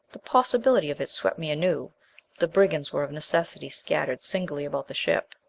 the possibility of it swept me anew. the brigands were of necessity scattered singly about the ship.